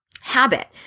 habit